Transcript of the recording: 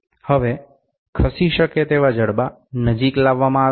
હવે ખસી શકે તેવા જડબા નજીક લાવવામાં આવે છે